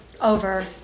over